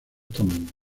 tamaños